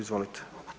Izvolite.